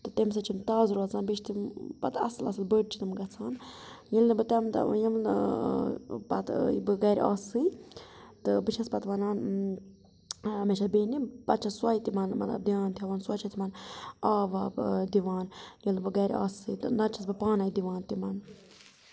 تہٕ تمہِ سۭتۍ چھِ یِم تاز روزان بیٚیہ چھِ تِم پَتہٕ اَصٕل اَصٕل بٔڑ چھِ تِم گَژھان ییٚلہِ نہٕ بہٕ تمہِ دۄہ وۄنۍ یِم نہٕ پَتہِ بہٕ گَرِ آسٕے تہٕ بہٕ چھس پَتہٕ وَنان مےٚ چھا بیٚنہِ پَتہٕ چھِ سۄے تِمَن مطلَب دیان تھاوان سۄے چھِ تِمَن آب واب دِوان ییٚلہِ نہٕ بہٕ گَرِ آسٕے تہٕ نَتہ چِھَس بہٕ پانَے دِوان تِمَن